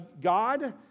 God